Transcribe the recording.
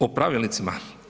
O pravilnicima.